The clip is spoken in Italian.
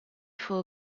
for